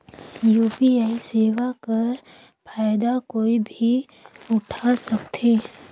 UPI सेवा कर फायदा कोई भी उठा सकथे?